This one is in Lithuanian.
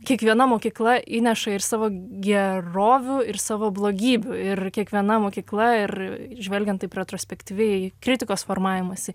kiekviena mokykla įneša ir savo gerovių ir savo blogybių ir kiekviena mokykla ir žvelgiant retrospektyviai kritikos formavimąsi